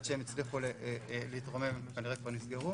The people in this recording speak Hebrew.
שהם הצליחו להתרומם הם כנראה כבר נסגרו